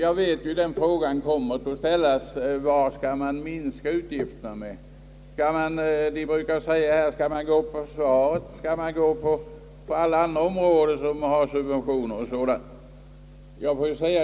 Jag vet att man kommer att ställa frågan: Var skall man minska utgifterna? Man brukar säga: Skall man gå på försvaret? Skall man gå på andra områden, där det förekommer subventioner och sådant?